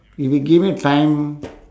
if you give me time